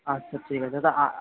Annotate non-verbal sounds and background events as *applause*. আচ্ছা ঠিক আছে তা *unintelligible*